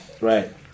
Right